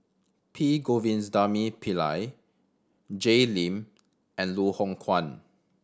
P Govindasamy Pillai Jay Lim and Loh Hoong Kwan